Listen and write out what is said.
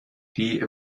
die